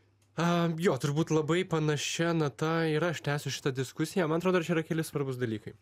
jo turbūt labai panašia nata ir aš tęsiu šitą diskusiją man atrodo čia dar yra keli svarbūs dalykai